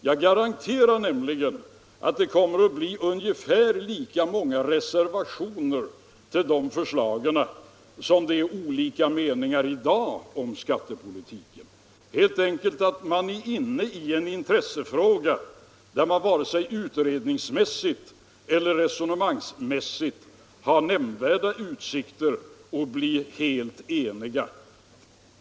Jag garanterar nämligen att det kommer att bli ungefär lika många reservationer beträffande de förslagen som det finns olika meningar i dag om skattepolitiken. Det här är en intressefråga, där vi varken utredningsmässigt eller resonemangsmässigt har nämnvärda utsikter att bli eniga.